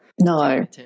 No